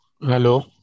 Hello